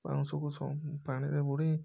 ବାଉଁଶକୁ ପାଣିରେ ବୁଡ଼େଇ